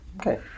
Okay